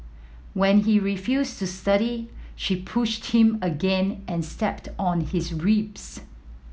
when he refused to study she pushed him again and stepped on his ribs